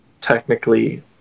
technically